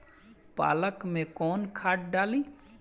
पालक में कौन खाद डाली?